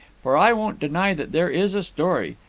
for i won't deny that there is a story.